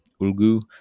Ulgu